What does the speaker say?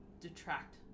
detract